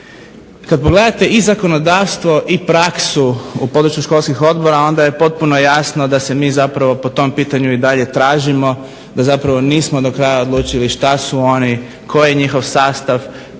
Kad pogledate i zakonodavstvo i praksu u području školskih odbora onda je potpuno jasno da se mi zapravo po tom pitanju i dalje tražimo, da zapravo nismo do kraja odlučili šta su oni, koji je njihov sastav,